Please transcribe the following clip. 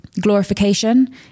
glorification